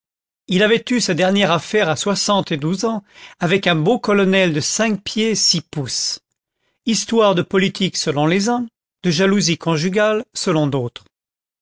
il avait eu sa dernière affaire à soixante et douze ans avec un beau colonel de cinq pieds six pouces histoire de politique selon les uns de jalousie conjugale selon d'autres